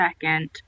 second